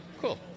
cool